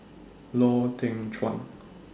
Lau Teng Chuan